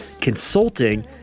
consulting